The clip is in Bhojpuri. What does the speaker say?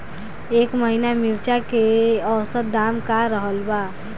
एह महीना मिर्चा के औसत दाम का रहल बा?